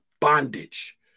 Bondage